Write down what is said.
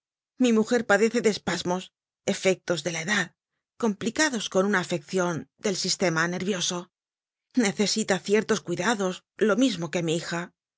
mi mujer padece de espasmos efectos de la edad complicados con una afeccion del sistema nervioso necesita ciertos cuidados lo mismo que mi hija